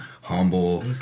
Humble